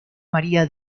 maría